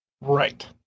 right